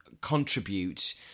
contribute